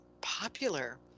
popular